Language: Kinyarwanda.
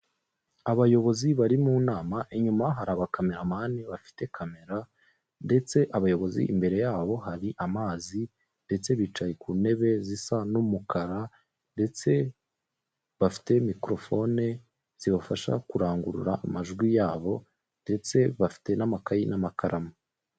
Abayobozi bari mu nama inyuma hari abakameramani bafite kamera ndetse abayobozi imbere yabo hari amazi ndetse bicaye ku ntebe zisa n'umukara, ndetse bafite mikrofone zibafasha kurangurura amajwi yabo, ndetse bafite n'amakayei n'amakaramu.